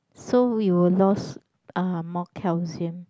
so we will lost uh more calcium